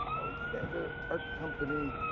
alexander art company.